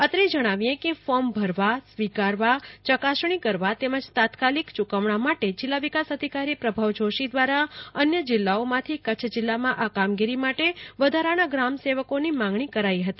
અત્રે જણાવીએ કે ફોર્મ ભરવા સ્વીકારવા ચકાસણી કરવા તેમજ તાત્કાલિક ચકવણાં માટે જિલ્લા વિકાસ અધિકારો પ્રભવ જોશી દવારા અન્ય જિલ્લાઓમાંથી કચ્છ જિલ્લામાં આ કામગીરી માટે વધારાના ગ્રામ સેવકોનો માંગણી કરો હતી